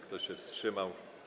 Kto się wstrzymał?